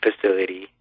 facility